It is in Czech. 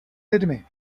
lidmi